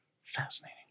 Fascinating